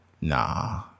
Nah